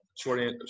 short